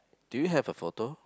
do you have a photo